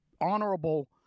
honorable